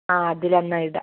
ആ അതിലെന്ന ഇടാ